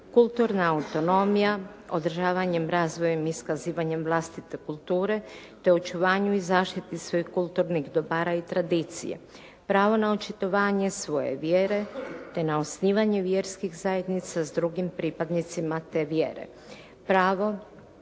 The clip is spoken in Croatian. kulturna autonomija, održavanje razvojem i iskazivanjem vlastite kulture, te očuvanju i zaštiti svojih kulturnih dobara i tradicija. Pravo na očitovanje svoje vjere te na osnivanje vjerskih zajednica sa drugim pripadnicima te vjere.